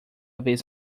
vez